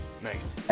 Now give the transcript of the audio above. Nice